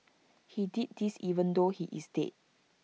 he did this even though he is dead